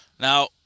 Now